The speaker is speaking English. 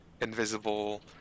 invisible